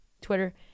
Twitter